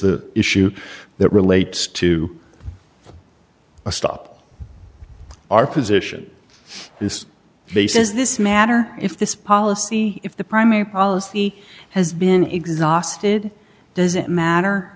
the issue that relates to a stop our position this case is this matter if this policy if the primary policy has been exhausted does it matter